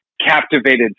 captivated